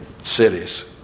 cities